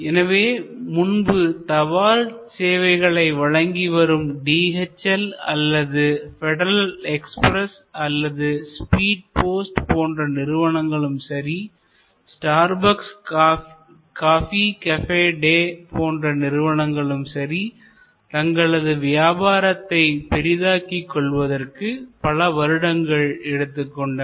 எனவே முன்பு தபால் சேவைகளை வழங்கி வரும் DHL அல்லது பெடரல் எக்ஸ்பிரஸ் அல்லது ஸ்பீட் போஸ்ட் போன்ற நிறுவனங்களும் சரி ஸ்டார்பக்ஸ் காபி கபே டே போன்ற நிறுவனங்களும் சரி தங்களது வியாபாரத்தை பெரிதாக்கி கொள்வதற்கு பல வருடங்கள் எடுத்துக் கொண்டனர்